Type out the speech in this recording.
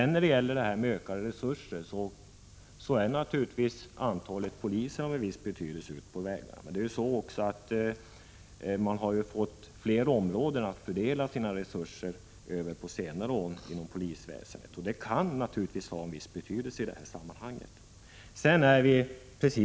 När det gäller ökade resurser håller jag med om att antalet poliser på vägarna har en viss betydelse. Men polisväsendet har under senare år fått fler områden att fördela sina resurser på, och det kan naturligtvis också ha en viss betydelse i det här sammanhanget.